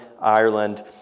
Ireland